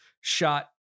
shot